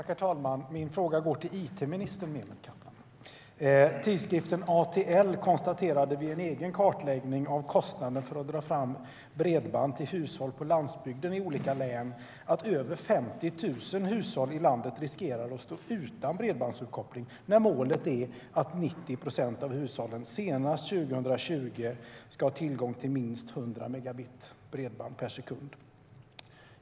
Herr talman! Min fråga går till it-minister Mehmet Kaplan. Tidskriften ATL konstaterade vid en egen kartläggning av kostnaden för att dra fram bredband till hushåll på landsbygden i olika län att över 50 000 hushåll i landet riskerar att stå utan bredbandsuppkoppling när målet är att 90 procent av hushållen senast 2020 ska ha tillgång till bredband om minst 100 megabit per sekund.